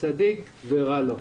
צדיק ורע לו.